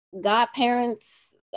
godparents